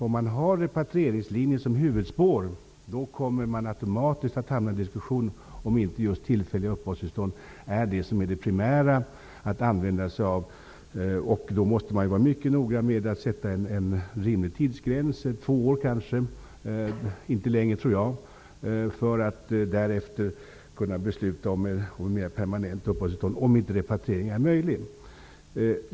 Om vi har repatrieringslinjen som huvudspår kommer vi automatiskt att hamna i en diskussion om inte just tillfälliga uppehållstillstånd är det primära att använda sig av. Då måste vi vara mycket noga med att sätta en rimlig tidsgräns -- två år kanske, inte längre -- för att därefter besluta om ett mer permanent upppehållstillstånd, om repatriering inte är möjlig.